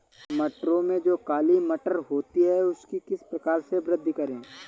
मटरों में जो काली मटर होती है उसकी किस प्रकार से वृद्धि करें?